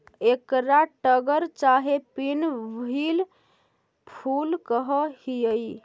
एकरा टगर चाहे पिन व्हील फूल कह हियई